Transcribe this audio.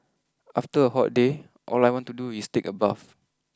after a hot day all I want to do is take a bath